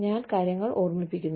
ഞാൻ കാര്യങ്ങൾ ഓർമിപ്പിക്കുന്നു